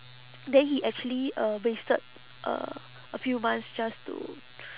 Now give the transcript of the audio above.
then he actually uh wasted uh a few months just to